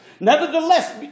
nevertheless